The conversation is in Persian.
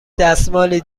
دستمالی